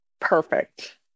Perfect